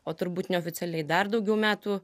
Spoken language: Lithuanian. o turbūt neoficialiai dar daugiau metų